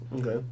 Okay